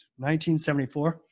1974